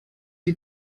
die